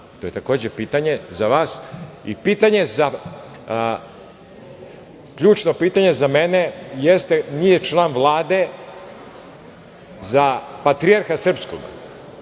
To je takođe pitanje za vas. Ključno pitanje za mene jeste, nije član Vlade, za patrijarha srpskog